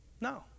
No